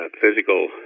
physical